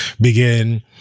begin